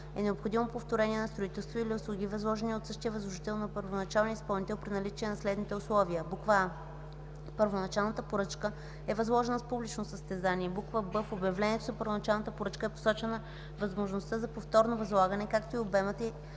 е необходимо повторение на строителство или услуги, възложени от същия възложител на първоначалния изпълнител, при наличие на следните условия: а) първоначалната поръчка е възложена с публично състезание; б) в обявлението за първоначалната поръчка е посочена възможността за повторно възлагане, както и обемът